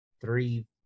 Three